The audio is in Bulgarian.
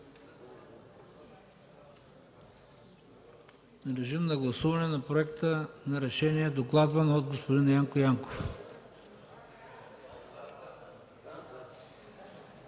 Режим на гласуване на Проекта на решение, докладван от господин Янко Янков.